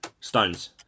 stones